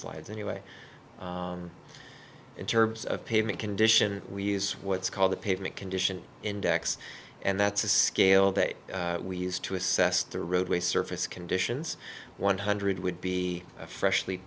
slides anyway in terms of pavement condition we use what's called the pavement condition index and that's a scale that we use to assess the roadway surface conditions one hundred would be a freshly